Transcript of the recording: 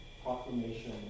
proclamation